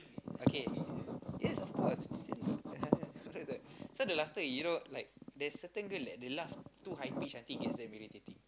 okay yes of course so the laughter you know like there's certain girl they laugh too high pitch until it gets too irritating